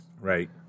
Right